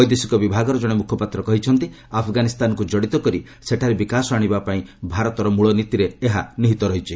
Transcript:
ବୈଦେଶିକ ବିଭାଗର ଜଣେ ମୁଖପାତ୍ର କହିଛନ୍ତି ଆଫ୍ଗାନିସ୍ତାନକୁ କଡ଼ିତ କରି ସେଠାରେ ବିକାଶ ଆଣିବା ପାଇଁ ଭାରତର ମୂଳ ନୀତିରେ ଏହା ନିହିତ ରହିଛି